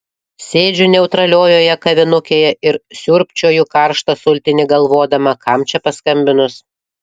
sėdžiu neutraliojoje kavinukėje ir siurbčioju karštą sultinį galvodama kam čia paskambinus